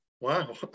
Wow